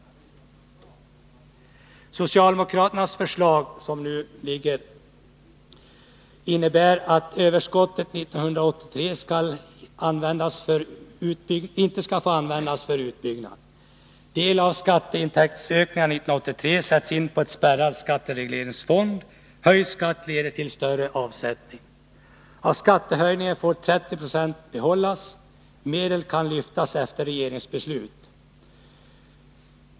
Socialdemokraternas nu föreliggande förslag innebär bl.a. följande: Överskottet 1983 skall inte få användas för utbyggnad. Del av skatteintäktsökningen 1983 sätts in på spärrad skatteregleringsfond. Höjd skatt leder till större avsättning. Medel kan lyftas efter regeringsbeslut.